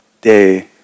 day